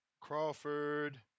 Crawford